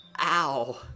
Ow